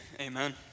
Amen